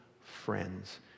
friends